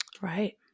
Right